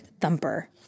Thumper